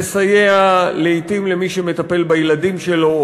לסייע לעתים למי שמטפל בילדים שלו,